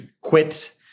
quit